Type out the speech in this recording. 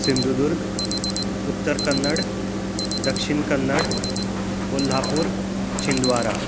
Sindhudurg Uttar Kannada Dakshin Kannada Kolhapur Chhindwara